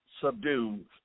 subdued